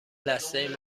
لثه